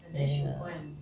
ya